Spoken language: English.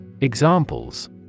Examples